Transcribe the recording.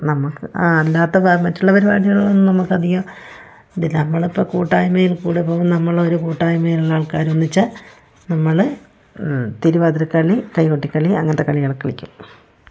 നമ്മള്ക്ക് അല്ലാത്ത മറ്റുള്ള പരിപാടികളിലൊന്നും നമുക്കധികം ഇതില്ലാ നമ്മളിപ്പോള് കൂട്ടായ്മയിൽ കൂടെ പോകും നമ്മളൊരു കൂട്ടായ്മയിലുള്ള ആൾക്കാരൊന്നിച്ച് നമ്മള് തിരുവാതിരക്കളി കൈകൊട്ടിക്കളി അങ്ങനത്തെ കളികളൊക്കെ കളിക്കും